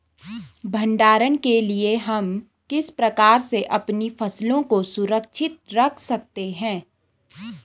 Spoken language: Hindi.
भंडारण के लिए हम किस प्रकार से अपनी फसलों को सुरक्षित रख सकते हैं?